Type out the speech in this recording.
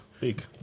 big